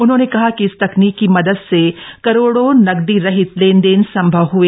उन्होंने कहा कि इस तकनीक की मदद से करोड़ों नकदी रहित लेनदेन सम्भव हए